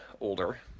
older